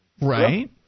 Right